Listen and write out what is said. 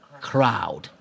crowd